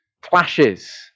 clashes